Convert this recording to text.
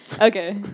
Okay